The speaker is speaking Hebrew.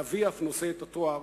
ואבי אף נושא את התואר